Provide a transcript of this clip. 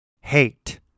hate